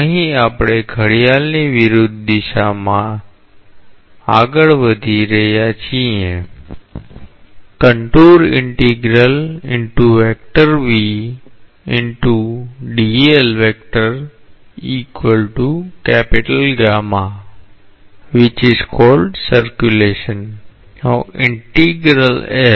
અહીં આપણે ઘડિયાળની વિરુદ્ધ દિશામાં આગળ વધી રહ્યા છીએ